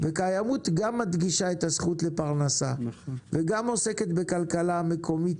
וקיימות גם מדגישה את הזכות לפרנסה וגם עוסקת בכלכלה מקומית